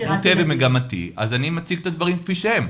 מוטה ומגמתי, אז אני מציג את הדברים כפי שהם.